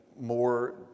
more